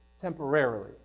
temporarily